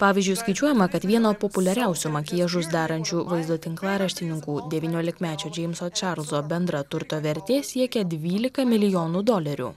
pavyzdžiui skaičiuojama kad vieno populiariausių makiažus darančių vaizdo tinklaraštininkų devyniolikmečio džeimso čarlzo bendra turto vertė siekia dvylika milijonų dolerių